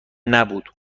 نبود